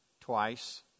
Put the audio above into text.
Twice